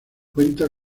cuenta